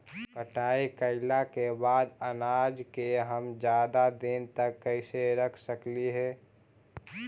कटाई कैला के बाद अनाज के हम ज्यादा दिन तक कैसे रख सकली हे?